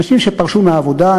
אנשים שפרשו מהעבודה,